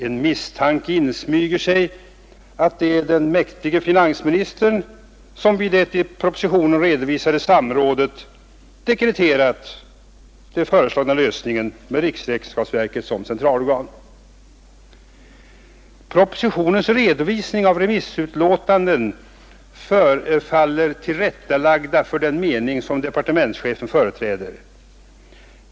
En misstanke insmyger sig att det är den mäktige finansministern som vid det i propositionen redovisade samrådet dekreterat den föreslagna lösningen med riksskatteverket som centralorgan. Propositionens redovisning av remissutlåtanden förefaller tillrättalagd för den mening som departementschefen företräder.